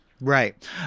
right